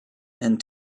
and